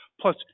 Plus